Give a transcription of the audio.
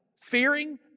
fearing